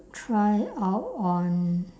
try out on